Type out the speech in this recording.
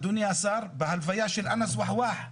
אדוני השר, בהלוויה של אנאס אלוחואח,